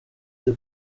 the